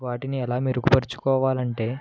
వాటిని ఎలా మెరుగు పరుచుకోవాలంటే